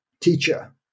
teacher